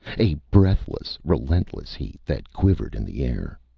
a breathless, relentless heat that quivered in the air.